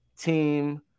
team